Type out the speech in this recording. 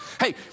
Hey